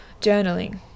journaling